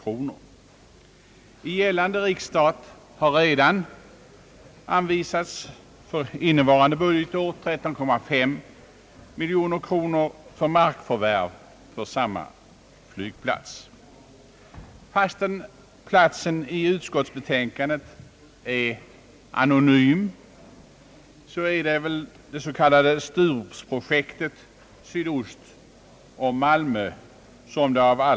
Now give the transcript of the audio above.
I gällande riksstat har för innevarande budgetår redan anvisats 13,5 miljoner för markförvärv för samma flygplats. Fastän platsen är anonym i utskottsbetänkandet gäller det det s.k. Sturupsprojektet sydost om Malmö.